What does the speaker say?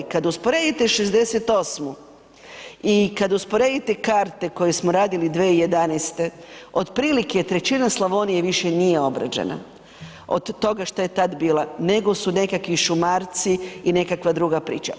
Kad usporedite '68. i kad usporedite karte koje smo radili 2011., otprilike 1/3 Slavonije više nije obrađena, od toga šta je tad bila, nego su nekakvi šumarci i nekakva druga priča.